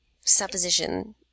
supposition